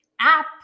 app